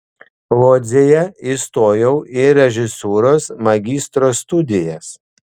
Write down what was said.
lodzėje įstojau į režisūros magistro studijas